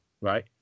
Right